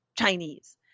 Chinese